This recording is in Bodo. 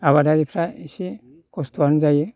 आबादारिफ्रा एसे खस्थआनो जायो